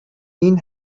این